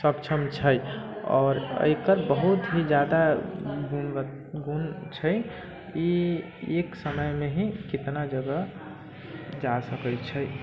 सक्षम छै आओर अयकर बहुत ही जादा गुण गुण छै ई एक समयमे ही कितना जगह जा सकै छै